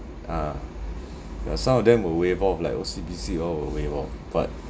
uh ya some of them will waive off like O_C_B_C all will waive off but